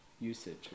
usage